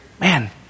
man